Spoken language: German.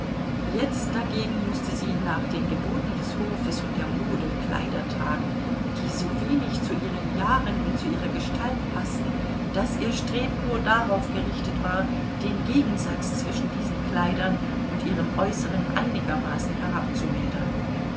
jetzt dagegen mußte sie nach den geboten des hofes und der mode kleider tragen die so wenig zu ihren jahren und zu ihrer gestalt paßten daß ihr streben nur darauf gerichtet war den gegensatz zwischen diesen kleidern und ihrem äußeren einigermaßen